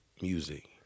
music